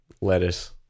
lettuce